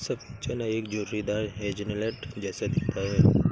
सफेद चना एक झुर्रीदार हेज़लनट जैसा दिखता है